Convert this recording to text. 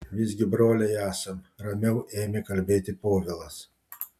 visgi broliai esam ramiau ėmė kalbėti povilas